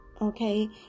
okay